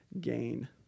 gain